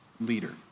leader